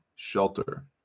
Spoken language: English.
Shelter